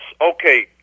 okay